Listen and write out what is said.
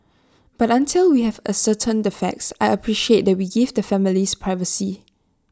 but until we have ascertained the facts I appreciate that we give the families privacy